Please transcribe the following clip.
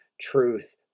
truth